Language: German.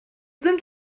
sind